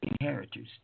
inheritors